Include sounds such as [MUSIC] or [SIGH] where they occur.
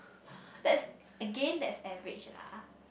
[BREATH] that's again that's average lah